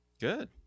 Good